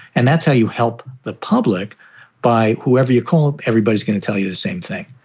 and that's how you help the public by whoever you call. everybody's going to tell you the same thing.